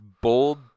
Bold